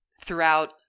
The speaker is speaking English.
throughout